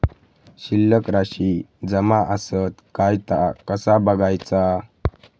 शिल्लक राशी जमा आसत काय ता कसा बगायचा?